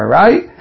right